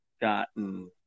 gotten